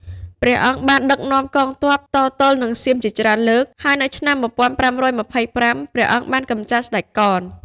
ព្រះអង្គបានដឹកនាំកងទ័ពតទល់នឹងសៀមជាច្រើនលើក ហើយនៅឆ្នាំ ១៥២៥ ព្រះអង្គបានកម្ចាត់ស្ដេចកន។